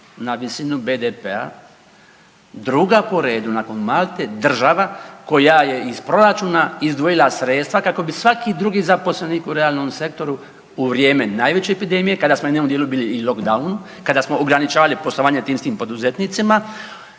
na visinu BDP-a druga po redu nakon Malte država koja je iz proračuna izdvojila sredstva kako bi svaki drugi zaposlenik u realnom sektoru u vrijeme najveće epidemije kada smo u jednom dijelu bili i locdown kada smo ograničavali poslovanje tim istim poduzetnicima,